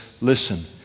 Listen